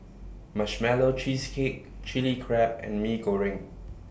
Marshmallow Cheesecake Chili Crab and Mee Goreng